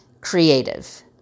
creative